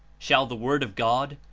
shall the word of god,